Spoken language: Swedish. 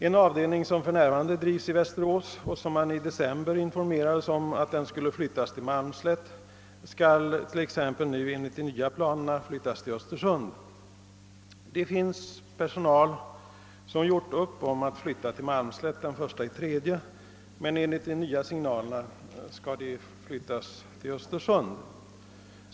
En avdelning vars verksamhet för närvarande bedrivs i Västerås och som enligt i december lämnade uppgifter skulle flyttas till Malmslätt skall enligt de nya planerna flyttas till Östersund. Det finns personal som gjort upp om att flytta till Malmslätt den 1 mars men som enligt de nya signalerna skall till Östersund.